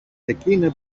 εκείνα